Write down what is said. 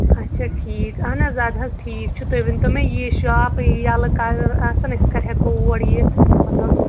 اچھا ٹھیٖک اہن حظ اَدٕ حظ ٹھیٖک چھُ تُہۍ ؤنۍ تو مےٚ یہِ شاپ ییٚلہٕ کَر آسان أسۍ کَر ہٮ۪کو اور یِتھ مطلب